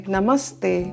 Namaste